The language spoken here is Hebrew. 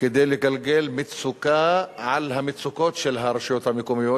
כדי לגלגל מצוקה על המצוקות של הרשויות המקומיות,